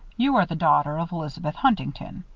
you are the daughter of elizabeth huntington.